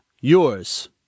yours